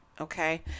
Okay